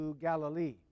Galilee